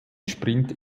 sprint